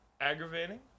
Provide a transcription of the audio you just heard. aggravating